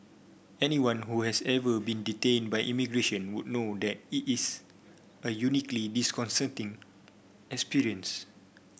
anyone who has ever been detained by immigration would know that it is a uniquely disconcerting experience